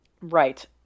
Right